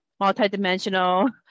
multidimensional